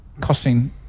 costing